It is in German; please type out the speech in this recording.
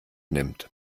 nimmt